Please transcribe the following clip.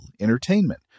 entertainment